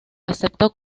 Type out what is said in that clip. aceptó